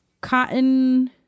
cotton